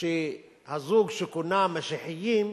שהזוג שכונה "משיחיים",